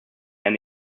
and